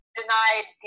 denied